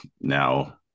now